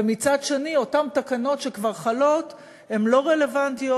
ומצד שני אותן תקנות שכבר חלות הן לא רלוונטיות,